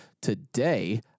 today